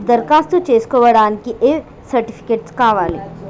దరఖాస్తు చేస్కోవడానికి ఏ సర్టిఫికేట్స్ కావాలి?